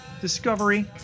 Discovery